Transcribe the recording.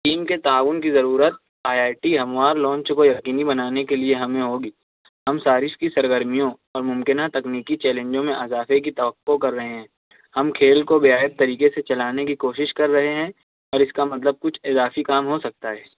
team کے تعاون کی ضرورت آئی آئی ٹی ہموار لانچ کو یقینی بنانے کے لیے ہمیں ہوگی ہم صارف کی سرگرمیوں اور ممکنہ تکنیکی چیلنجوں میں اضافے کی توقع کر رہے ہیں ہم کھیل کو بے حد طریقے سے چلانے کی کوشش کر رہے ہیں اور اِس کا مطلب کچھ اضافی کام ہو سکتا ہے